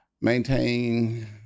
maintain